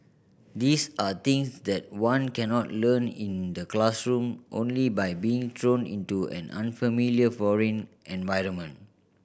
these are things that one cannot learn in the classroom only by being thrown into an unfamiliar foreign environment